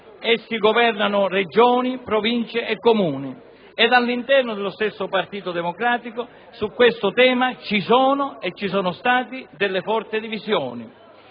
essi governano Regioni, Province e Comuni. All'interno dello stesso Partito Democratico, su questo tema, ci sono - e ci sono state - forti divisioni.